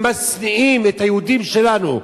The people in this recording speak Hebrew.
הם משניאים על היהודים שלנו,